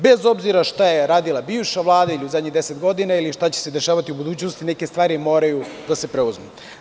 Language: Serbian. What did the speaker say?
Bez obzira šta je radila bivša Vlada ili u zadnjih deset godina ili šta će se dešavati u budućnosti, neke stvari moraju da se preuzmu.